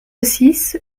six